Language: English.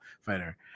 fighter